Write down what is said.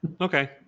Okay